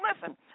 listen